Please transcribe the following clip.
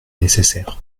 nécessaire